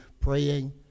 praying